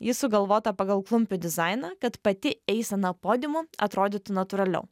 ji sugalvota pagal klumpių dizainą kad pati eisena podiumu atrodytų natūraliau